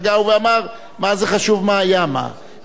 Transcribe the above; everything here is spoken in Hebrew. אחד אמר: כורסאות עור הצבי, והעור הזה.